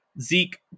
Zeke